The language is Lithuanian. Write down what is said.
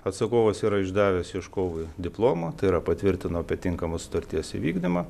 atsakovas yra išdavęs ieškovui diplomo tai yra patvirtino apie tinkamą sutarties įvykdymą